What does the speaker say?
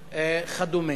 וכדומה.